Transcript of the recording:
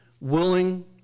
willing